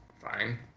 Fine